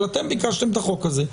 אבל אתם ביקשתם את החוק הזה,